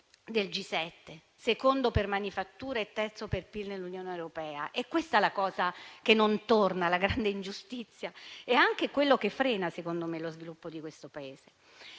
del G7, secondo per manifatture e terzo per PIL nell'Unione europea. Questa è la cosa che non torna, la grande ingiustizia, ed è anche quello che frena, secondo me, lo sviluppo di questo Paese.